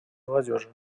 молодежи